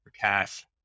cash